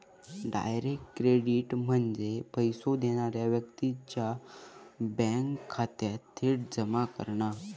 direct credit म्हणजे पैसो देणारा व्यक्तीच्यो बँक खात्यात थेट जमा करणा